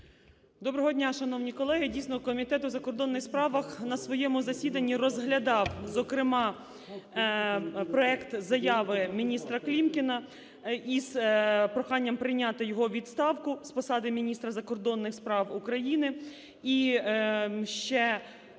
Доброго дня, шановні колеги. Дійсно, Комітет у закордонних справах на своєму засіданні розглядав, зокрема, проект заяви міністраКлімкіна із проханням прийняти його відставку з посади міністра закордонних справ України. І ще